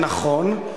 זה נכון.